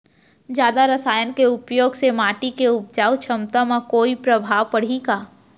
जादा रसायन के प्रयोग से माटी के उपजाऊ क्षमता म कोई प्रभाव पड़ही का?